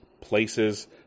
places